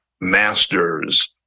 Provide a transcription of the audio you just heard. masters